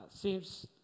seems